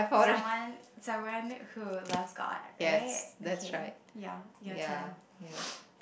someone someone who loves god right okay ya your turn